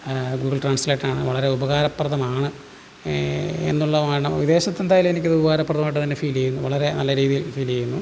Google translator വളരെ ഉപകാരപ്രദമാണ് എന്നുള്ളതാണ് വിദേശത്തെന്തായാലും എനിക്ക് ഇത് ഉപകാരപ്രദമായിട്ട് തന്നെ ഫീലീയ്യുന്നു വളരെ നല്ല രീതിയിൽ ഫീലീയ്യുന്നു